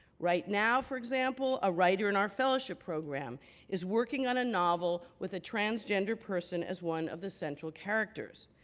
right now, for example, a writer in our fellowship program is working on a novel with a transgender person as one of the central characters.